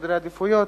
סדרי עדיפויות.